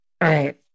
right